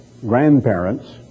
grandparents